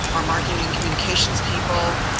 our marketing and communications people,